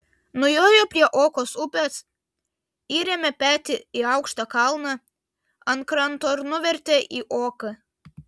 nujojo prie okos upės įrėmė petį į aukštą kalną ant kranto ir nuvertė į oką